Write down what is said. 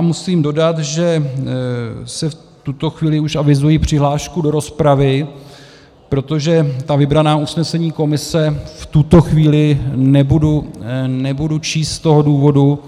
Musím dodat, že v tuto chvíli již avizuji přihlášku do rozpravy, protože ta vybraná usnesení komise v tuto chvíli nebudu číst z toho důvodu,